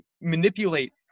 manipulate